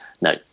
no